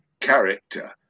character